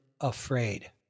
afraid